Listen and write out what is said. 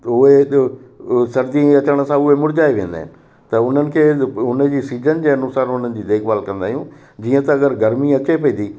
उहे जो सर्दी अचण सां उहे मुरिझाए वेंदा आहिनि त उन्हनि खे उन जी सीजन जे अनुसार उन्हनि जी देखभालु कंदा आहियूं जीअं त अगरि गर्मी अचे पई थी